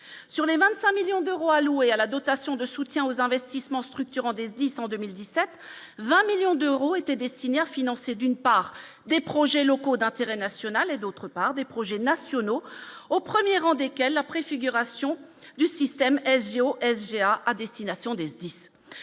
sur les 25 millions d'euros alloués à la dotation de soutien aux investissements structurants des indices en 2017 20 millions d'euros étaient destinées à financer d'une part des projets locaux, d'intérêt national et, d'autre part des projets nationaux au 1er rang desquels la préfiguration du système au SGA à destination des SDIS